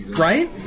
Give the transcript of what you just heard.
Right